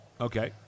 Okay